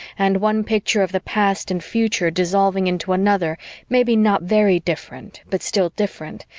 and one picture of the past and future dissolving into another maybe not very different but still different,